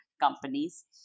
companies